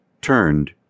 turned